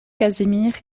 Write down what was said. casimir